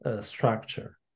structure